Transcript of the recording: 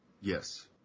Yes